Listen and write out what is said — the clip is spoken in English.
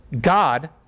God